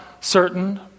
certain